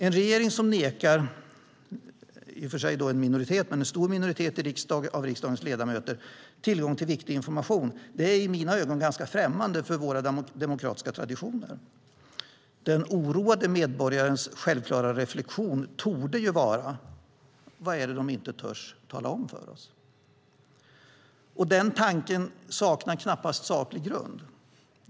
En regering som nekar en stor minoritet av riksdagens ledamöter tillgång till viktig information är i mina öron främmande för våra demokratiska traditioner. Den oroade medborgarens självklara reflektion torde vara: Vad är det de inte törs tala om för oss? Och den tanken saknar knappast saklig grund.